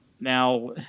Now